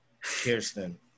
Kirsten